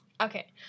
Okay